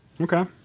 Okay